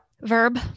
Verb